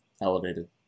elevated